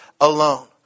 alone